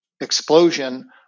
explosion